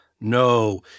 No